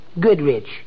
Goodrich